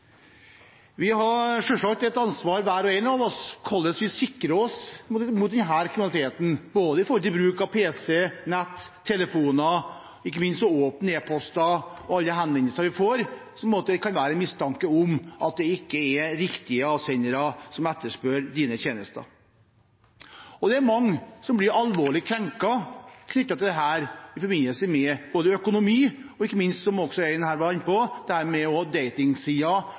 et ansvar for hvordan vi sikrer oss mot denne kriminaliteten, både når det gjelder bruk av pc, nett og telefoner, og ikke minst når det gjelder å åpne e-poster og alle henvendelser vi får der det kan være mistanke om at det ikke er riktige avsendere som etterspør dine tjenester. Det er mange som blir alvorlig krenket knyttet til dette i forbindelse med økonomi, og, ikke minst, som også en var inne på her, når det